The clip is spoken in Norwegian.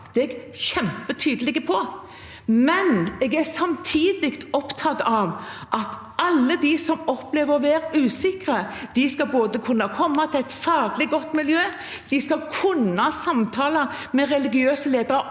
Det er jeg kjempetydelig på. Samtidig er jeg opptatt av at alle de som opplever å være usikre, skal kunne komme til et faglig godt miljø, de skal kunne samtale med religiøse ledere